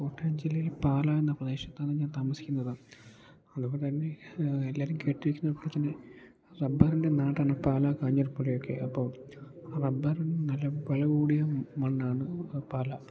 കോട്ടയം ജില്ലയിൽ പാല എന്ന പ്രദേശത്താണ് ഞാൻ താമസിക്കുന്നത് അതുപോലെതന്നെ എല്ലാവരും കേട്ടിരിക്കുന്നതുപോലെ തന്നെ റബ്ബറിൻ്റെ നാടാണ് പാല കാഞ്ഞിരപള്ളിയൊക്കെ അപ്പോൾ റബ്ബറിന് നല്ല വില കൂടിയ മണ്ണാണ് പാല